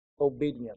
obedience